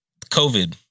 COVID